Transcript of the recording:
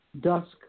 dusk